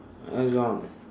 liaison